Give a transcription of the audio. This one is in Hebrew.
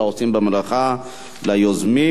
ולעושים במלאכה וליוזמים.